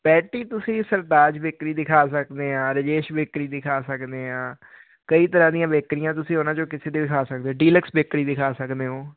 patty ਤੁਸੀਂ Sartaj bakery ਦੀ ਖਾ ਸਕਦੇ ਹਾਂ ਰਾਜੇਸ਼ ਬੇਕਰੀ ਦੀ ਖਾ ਸਕਦੇ ਹਾਂ ਕਈ ਤਰ੍ਹਾਂ ਦੀਆਂ ਬੇਕਰੀਆਂ ਤੁਸੀਂ ਉਨ੍ਹਾਂ 'ਚੋਂ ਕਿਸੇ ਦੇ ਵੀ ਖਾ ਸਕਦੇ ਅਤੇ ਡੀਲਕਸ ਬੇਕਰੀ ਦੇ ਖਾ ਸਕਦੇ ਹੋ